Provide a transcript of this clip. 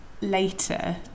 later